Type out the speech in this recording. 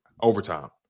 overtime